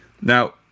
Now